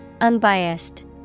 Unbiased